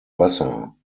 wasser